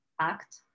act